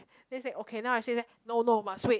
then he say okay now I say leh no no must wait